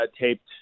taped